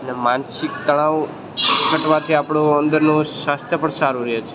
ને માનસિક તણાવ ઘટવાથી આપણું અંદરનું સ્વાસ્થ્ય પણ સારું રહે છે